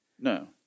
No